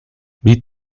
wie